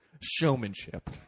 Showmanship